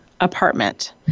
apartment